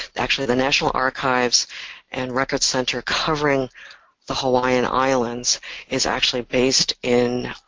actually the national archives and records center covering the hawaiian islands is actually based in